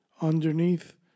underneath